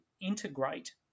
integrate